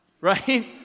right